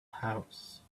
house